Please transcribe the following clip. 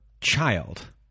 child